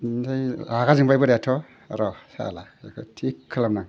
ओमफाय रागा जोंबाय बोरायाथ' र' सालाफोरखो थिख खालामनो आं